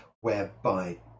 whereby